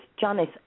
Janice